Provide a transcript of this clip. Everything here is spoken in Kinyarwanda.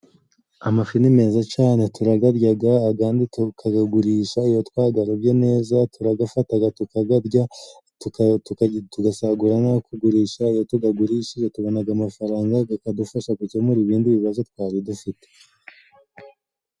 Amafi ni meza cyane turagaryaga agandi tukagagurisha iyo twagarobye neza turagafataga tukagarya tugasagura nako kugurisha iyo tugagurishije kabonaga amafaranga tukadufasha gukemura ibindi bibazo twari dufite.